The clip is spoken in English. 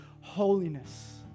holiness